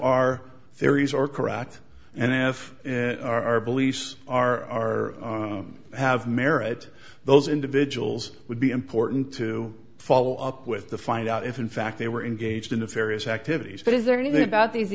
our theories are correct and if our beliefs are have merit those individuals would be important to follow up with the find out if in fact they were engaged in the various activities but is there anything about these